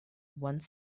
one